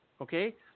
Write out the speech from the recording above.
Okay